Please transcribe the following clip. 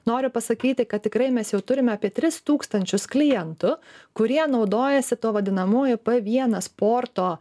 noriu pasakyti kad tikrai mes jau turime apie tris tūkstančius klientų kurie naudojasi tuo vadinamuoju p vienas porto